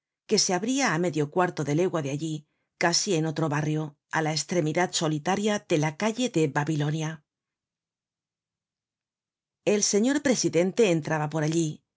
que se abria á medio cuarto de legua de allí casi en otro barrio á la estremidad solitaria de la calle de babilonia el señor presidente entraba por allí